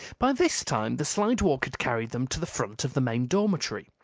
by this time the slidewalk had carried them to the front of the main dormitory,